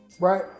right